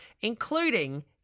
including